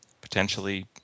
potentially